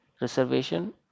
reservation